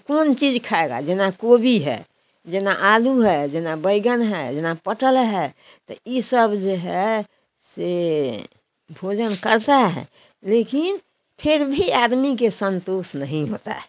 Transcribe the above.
कौन चज़ज खाएगा जप ना गोभी है जो ना आलू है जो ना बैंगन है जो ना कटहल है तो यह सब जो है सो भोजन करते हैं लेकिन फिर फिर भी आदमी को संतोष नहीं होता है